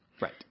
right